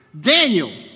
Daniel